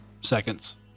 seconds